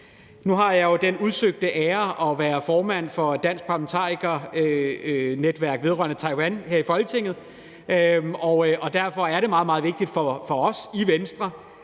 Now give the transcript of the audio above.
Nu har jeg jo den udsøgte ære at være formand for de danske parlamentarikeres netværk vedrørende Taiwan her i Folketinget, og derfor er det meget, meget vigtigt for os i Venstre,